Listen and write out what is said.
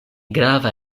grava